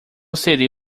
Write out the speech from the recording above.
serei